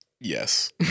Yes